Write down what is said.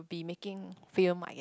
be making film I guess